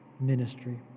ministry